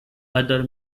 other